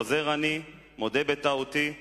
חוזר אני, מודה בטעותי.